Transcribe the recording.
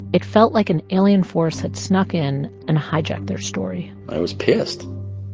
it felt like an alien force had snuck in and hijacked their story i was pissed.